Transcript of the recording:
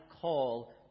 call